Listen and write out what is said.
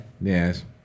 Yes